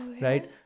right